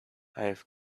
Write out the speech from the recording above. have